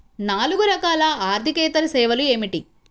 నాలుగు రకాల ఆర్థికేతర సేవలు ఏమిటీ?